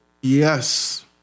Yes